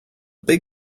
big